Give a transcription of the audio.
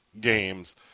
games